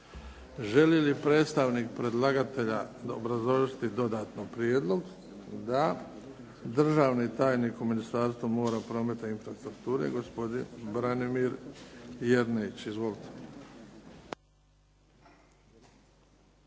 Želi li predstavnik predlagatelja obrazložiti dodatno prijedlog? Da. Državni tajnik u Ministarstvu mora, prometa i infrastrukture, gospodin Branimir Jerneić. Izvolite.